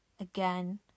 Again